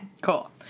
Cool